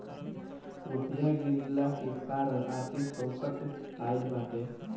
रुपया के गिरला के कारण आर्थिक संकट आईल बाटे